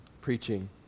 preaching